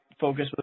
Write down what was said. focus